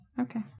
Okay